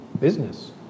business